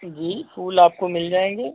जी फूल आपको मिल जाएँगे